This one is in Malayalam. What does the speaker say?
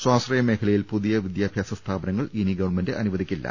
സ്വാശ്രയമേഖലയിൽ പുതിയ വിദ്യാഭ്യാസ സ്ഥാപനങ്ങൾ ഇനി ഗവൺമെന്റ് അനുവദിക്കില്ല